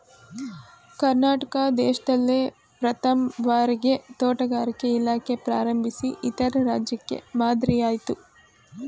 ಕರ್ನಾಟಕ ದೇಶ್ದಲ್ಲೇ ಪ್ರಥಮ್ ಭಾರಿಗೆ ತೋಟಗಾರಿಕೆ ಇಲಾಖೆ ಪ್ರಾರಂಭಿಸಿ ಇತರೆ ರಾಜ್ಯಕ್ಕೆ ಮಾದ್ರಿಯಾಯ್ತು